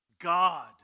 God